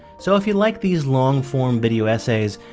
so if you like these long form video essays,